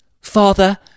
father